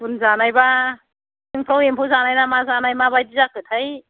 गुन जानायबा सिंफ्राव एम्फौ जानाय ना मा जानाय माबायदि जाखोथाय